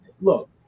look